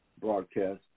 broadcast